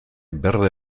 berde